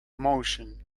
motion